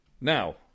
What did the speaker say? Now